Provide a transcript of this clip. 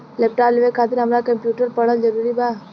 Laptop लेवे खातिर हमरा कम्प्युटर पढ़ल जरूरी बा?